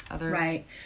Right